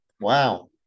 Wow